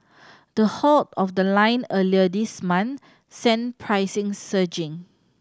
the halt of the line earlier this month sent prices surging